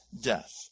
death